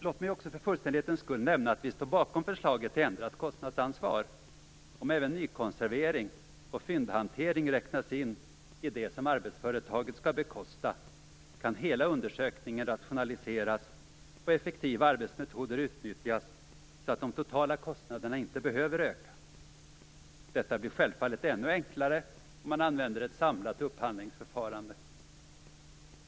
Låt mig också för fullständighetens skull nämna att vi står bakom förslaget till ändrat kostnadsansvar. Om även nykonservering och fyndhantering räknas in i det som arbetsföretaget skall bekosta, kan hela undersökningen rationaliseras och effektiva arbetsmetoder utnyttjas så att de totala kostnaderna inte behöver öka. Detta blir självfallet ännu enklare om man använder ett samlat upphandlingsförfarande.